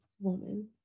Woman